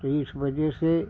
तो इस वज़ह से